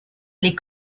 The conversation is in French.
les